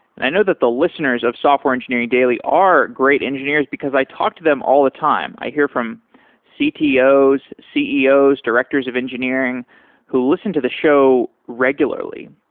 i know that the listeners of software engineering daily are great engineers, because i talk to them all the time. i hear from ctos, ceos, directors of engineering who listen to the show regularly.